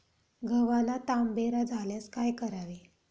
गव्हाला तांबेरा झाल्यास काय करावे?